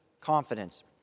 confidence